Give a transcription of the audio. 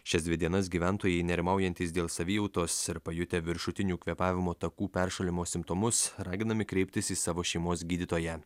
šias dvi dienas gyventojai nerimaujantys dėl savijautos ir pajutę viršutinių kvėpavimo takų peršalimo simptomus raginami kreiptis į savo šeimos gydytoją